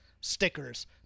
stickers